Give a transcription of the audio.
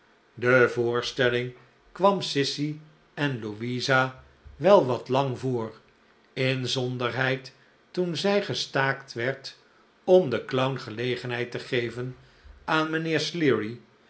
de voorstelling kwam sissy en louisa wel wat lang voor inzonderheid toen zij gestaakt werd om den clown gelegenheid te geven aan mijnheer sleary